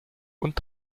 und